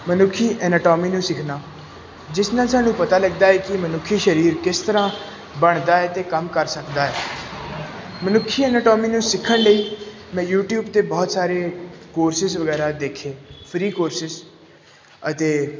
ਮਨੁੱਖੀ ਐਨਟੋਮੀ ਨੂੰ ਸਿੱਖਣਾ ਜਿਸ ਨਾਲ ਸਾਨੂੰ ਪਤਾ ਲੱਗਦਾ ਹੈ ਕਿ ਮਨੁੱਖੀ ਸਰੀਰ ਕਿਸ ਤਰ੍ਹਾਂ ਬਣਦਾ ਹੈ ਅਤੇ ਕੰਮ ਕਰ ਸਕਦਾ ਹੈ ਮਨੁੱਖੀ ਐਨਟੋਮੀ ਨੂੰ ਸਿੱਖਣ ਲਈ ਮੈਂ ਯੂਟੀਊਬ 'ਤੇ ਬਹੁਤ ਸਾਰੇ ਕੋਰਸਿਸ ਵਗੈਰਾ ਦੇਖੇ ਫਰੀ ਕੋਰਸਿਸ ਅਤੇ